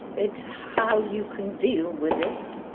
it's how you can deal with it,